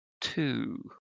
two